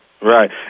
Right